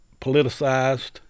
politicized